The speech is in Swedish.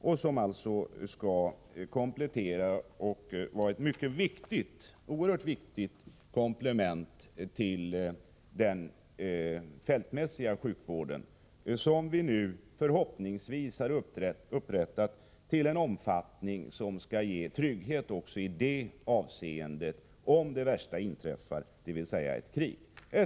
Den skall alltså vara ett oerhört viktigt komplement till den fältmässiga sjukvården, som vi nu förhoppningsvis har upprättat i en omfattning som skall ge trygghet i detta avseende om det värsta inträffar, dvs. ett krig.